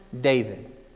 David